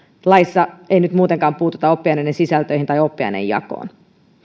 laissa ei nyt muutenkaan puututa oppiaineiden sisältöihin tai oppiainejakoon